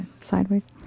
sideways